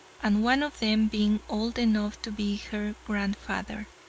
and one of them being old enough to be her grandfather.